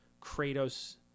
Kratos